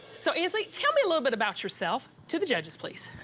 so, anslee, tell me a little bit about yourself. to the judges, please.